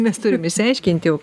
mes turim išsiaiškint jau